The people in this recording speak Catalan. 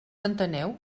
enteneu